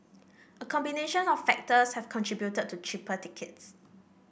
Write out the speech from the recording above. a combination of factors have contributed to cheaper tickets